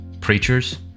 preachers